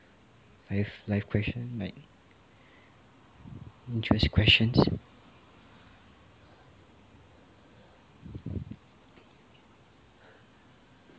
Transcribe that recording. life life question like just questions